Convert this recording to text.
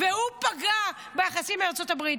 והוא פגע ביחסים עם ארצות הברית.